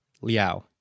Liao